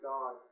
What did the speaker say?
God